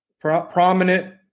prominent